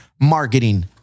marketing